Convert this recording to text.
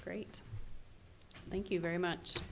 great thank you very much